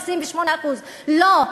28%. לא.